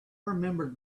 remember